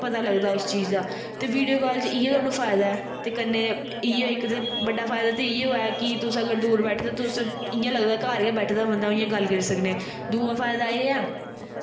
पता लग्गदा उस चीज़ दा ते वीडियो कॉल च इयै सानूं फायदा ऐ ते कन्नै इ'यै इक ते बड्डा इक ते बड्डा फायदा ते इ'यो ऐ कि तुस अगर दूर बैठे दे तुस इ'यां लगदा घर गै बैठे दा बंदा इ'यां गल्ल करी सकने दूआ फायदा एह् ऐ